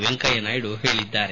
ವೆಂಕಯ್ಯ ನಾಯ್ದು ಹೇಳಿದ್ದಾರೆ